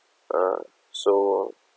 uh so